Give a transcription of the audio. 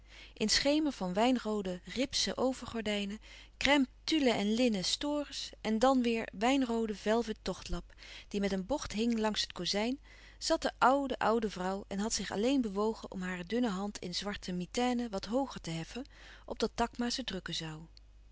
in schemer van wijnroode ripsen overgordijnen crême tulle en linnen store's en dan weêr wijnrooden velvet tochtlap die met een bocht hing langs het kozijn zat de oude oude vrouw en had zich alleen bewogen om hare dunne hand in zwarte mitaine wat hooger te heffen opdat takma ze drukken zoû